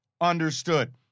Understood